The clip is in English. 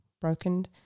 broken